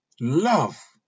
love